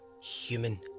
human